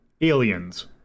Aliens